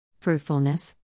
Fruitfulness